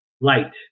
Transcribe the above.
light